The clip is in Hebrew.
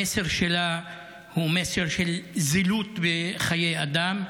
המסר שלה הוא מסר של זילות בחיי אדם,